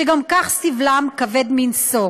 שגם כך סבלם כבד מנשוא.